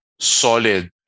solid